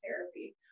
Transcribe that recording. therapy